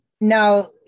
now